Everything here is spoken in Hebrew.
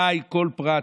אני חי כל פרט.